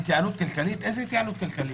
איזו התייעלות כלכלית?